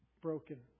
broken